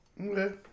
Okay